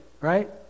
right